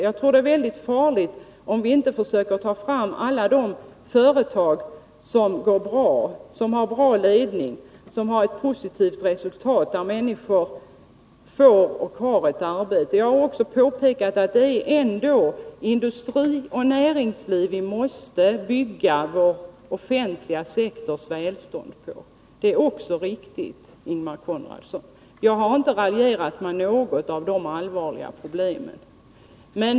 Jag tror att det är väldigt farligt om vi inte försöker att ta fram alla de företag som går bra, som har bra ledning och som har ett positivt resultat, företag där människor får och har ett arbete. Jag har också påpekat att det ändå är industri och näringsliv vi måste bygga vår offentliga sektors välstånd på. Det är också riktigt, Ingemar Konradsson. Jag har inte raljerat med något av de allvarliga problemen.